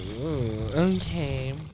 Okay